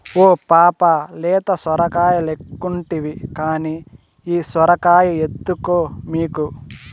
ఓ పాపా లేత సొరకాయలెక్కుంటివి కానీ ఈ సొరకాయ ఎత్తుకో మీకు